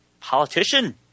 politician